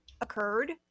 occurred